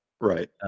Right